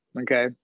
Okay